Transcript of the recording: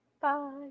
bye